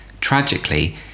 Tragically